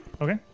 Okay